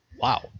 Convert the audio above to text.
Wow